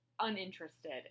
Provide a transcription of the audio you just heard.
uninterested